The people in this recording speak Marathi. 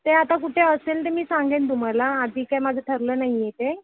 ते आता कुठे असेल ते मी सांगेन तुम्हाला आधी काय माझं ठरलं नाही आहे ते